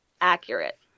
accurate